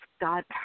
God